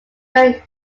when